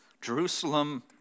Jerusalem